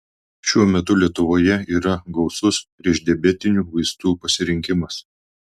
šiuo metu lietuvoje yra gausus priešdiabetinių vaistų pasirinkimas